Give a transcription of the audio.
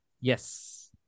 Yes